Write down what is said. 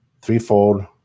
threefold